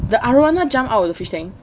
the arowana jump out of the fish tank